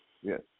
Yes